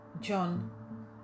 John